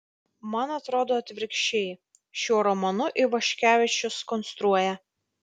man atrodo atvirkščiai šiuo romanu ivaškevičius konstruoja